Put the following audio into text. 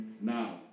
now